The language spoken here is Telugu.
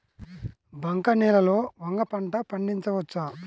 బంక నేలలో వంగ పంట పండించవచ్చా?